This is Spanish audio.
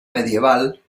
medieval